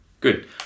Good